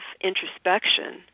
introspection